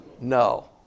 No